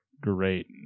Great